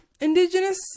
indigenous